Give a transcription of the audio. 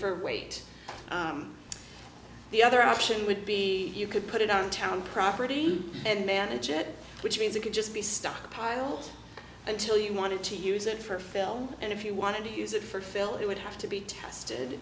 for weight the other option would be you could put it on town property and manage it which means it could just be stockpiled until you wanted to use it for phil and if you wanted to use it for fill it would have to be tested